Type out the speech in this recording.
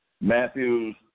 Matthew's